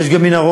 ויש גם מנהרות.